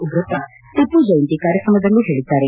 ಉಗ್ರಪ್ಪ ಟಿಪ್ಪು ಜಯಂತಿ ಕಾರ್ಯಕ್ರಮದಲ್ಲಿ ಹೇಳಿದ್ದಾರೆ